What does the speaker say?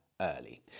Early